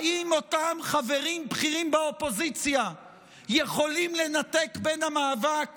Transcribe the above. האם אותם חברים בכירים באופוזיציה יכולים לנתק בין המאבק